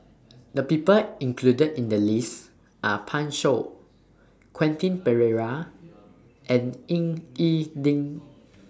The People included in The list Are Pan Shou Quentin Pereira and Ying E Ding